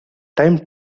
time